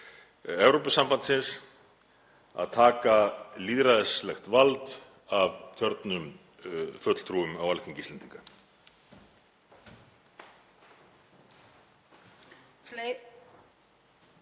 Evrópusambandsins að taka lýðræðislegt vald af kjörnum fulltrúum á Alþingi Íslendinga.